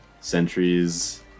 sentries